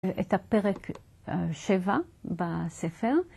את הפרק שבע בספר